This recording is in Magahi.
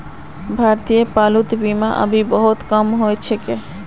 भारतत पालतू बीमा अभी बहुत कम ह छेक